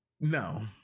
No